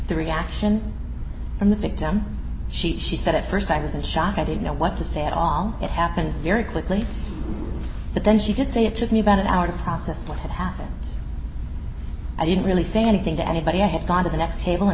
three action from the victim she she said at st i was in shock i didn't know what to say at all it happened very quickly but then she could say it took me about an hour to process what had happened i didn't really say anything to anybody i had gone to the next table and